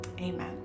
Amen